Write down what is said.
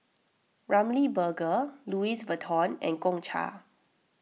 Ramly Burger Louis Vuitton and Gongcha